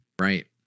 Right